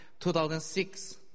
2006